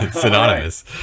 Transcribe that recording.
synonymous